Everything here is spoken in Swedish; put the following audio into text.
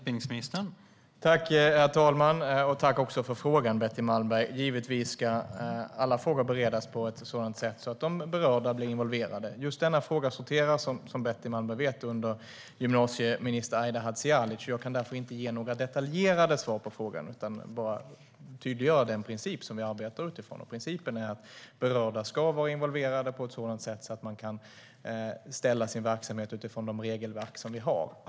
Herr talman! Jag tackar Betty Malmberg för frågan. Givetvis ska alla frågor beredas på ett sådant sätt att de berörda blir involverade. Just denna fråga sorterar, som Betty Malmberg vet, under gymnasieminister Aida Hadzialic. Jag kan därför inte ge några detaljerade svar på frågan, utan bara tydliggöra den princip vi arbetar utifrån. Principen är att berörda ska vara involverade på ett sådant sätt att man kan bedriva sin verksamhet utifrån de regelverk som vi har.